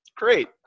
great